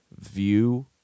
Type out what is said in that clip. view